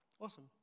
Awesome